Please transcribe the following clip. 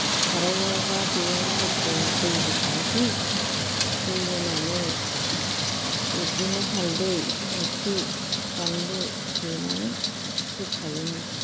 साराइयाव बा दोयाव जबब' दै होखानोसै दै होनानै बिब्दिनो हालदै संख्रि बानलु देनानै होखायोमोन